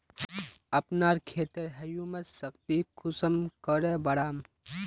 अपना खेतेर ह्यूमस शक्ति कुंसम करे बढ़ाम?